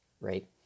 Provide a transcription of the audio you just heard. right